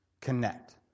connect